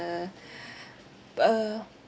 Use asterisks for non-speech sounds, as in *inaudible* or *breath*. the *breath* uh